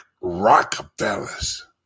Rockefellers